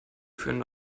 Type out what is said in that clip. führen